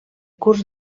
curs